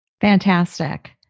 Fantastic